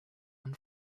and